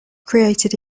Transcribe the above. created